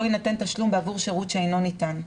יינתן תשלום בעבור שירות שאינו ניתן.